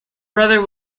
brother